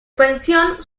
pensión